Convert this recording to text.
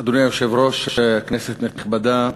אדוני היושב-ראש, כנסת נכבדה,